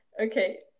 Okay